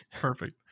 perfect